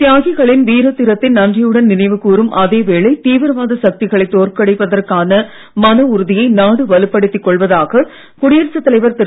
தியாகிகளின் வீர தீரத்தை நன்றியுடன் நினைவு கூரும் அதே வேளை தீவிரவாத சக்திகளை தோற்கடிப்பதற்கான மனஉறுதியை நாடு வலுப்படுத்தி கொள்வதாக குடியரசுத் தலைவர் திரு